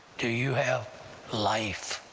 do you have life?